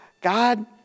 God